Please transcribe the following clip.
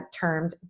termed